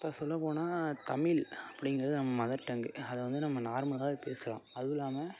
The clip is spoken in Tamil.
இப்போ சொல்ல போனால் தமிழ் அப்படிங்கிறது நம்ம மதர் டங் அதை வந்து நம்ம நார்மலாக பேசலாம் அதுவும் இல்லாமல்